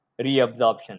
reabsorption